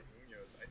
Munoz